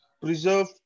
preserve